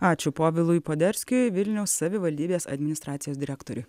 ačiū povilui poderskiui vilniaus savivaldybės administracijos direktoriui